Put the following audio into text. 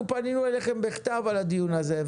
אנחנו פנינו אליכם בכתב על הדיון הזה.